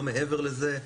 לא מעבר לזה.